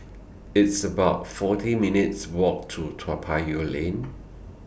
It's about forty minutes' Walk to Toa Payoh Lane